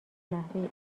نحوه